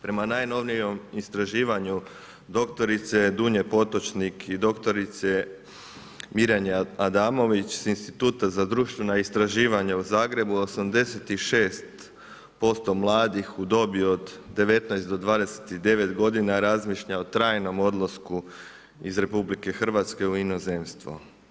Prema najnovijem istraživanju doktorice Dunje Potočnik i doktorice Mirjane Adamović s instituta za društvena istraživanja u Zagreb, 86% mladih u dobi od 19-29 g. razmišlja o trajnom odlasku iz RH u inozemstvo.